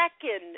second